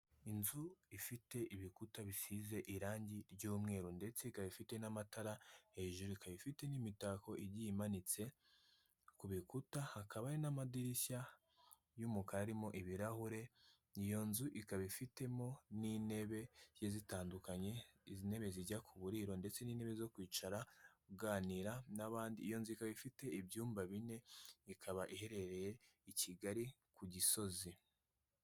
Inzu ifite ibikuta bisize irangi ry'umweru ndetse ikaba ifite n'amatara hejuru ikaba ifite n'imitako igiye imanitse ku bikuta hakaba n'amadirishya y'umukaramo ibirahure iyo nzu ikaba ifitemo n'intebe ye zitandukanye izi ntebe zijya ku buriro ndetse n'intebe zo kwicara uganira n'abandi iyo nziga ifite ibyumba bine ikaba iherereye i kigali ku gisozi.